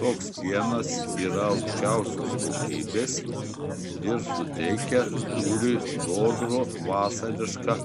toks pienas yra aukščiausios kokybės ir suteikia sūriui sodrų vasarišką